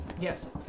Yes